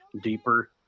deeper